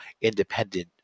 independent